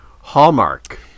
Hallmark